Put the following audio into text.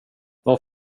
var